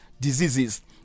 diseases